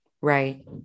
Right